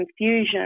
confusion